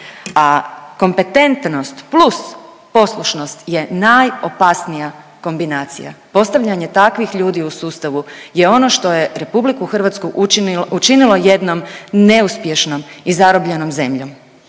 a kompetentnost plus poslušnost je najopasnija kombinacija. Postavljanje takvih ljudi u sustavu je ono što je RH učinilo jednom neuspješnom i zarobljenom zemljom.